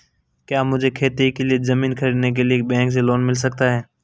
क्या मुझे खेती के लिए ज़मीन खरीदने के लिए बैंक से लोन मिल सकता है?